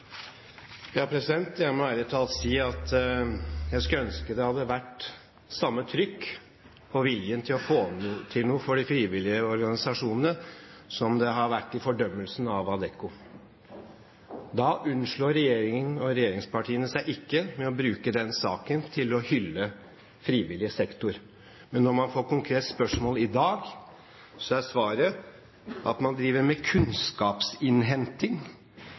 til å få til noe for de frivillige organisasjonene som det har vært i fordømmelsen av Adecco. Da unnslår regjeringen og regjeringspartiene seg ikke for å bruke den saken til å hylle frivillig sektor. Men når man får et konkret spørsmål i dag, er svaret at man driver med kunnskapsinnhenting.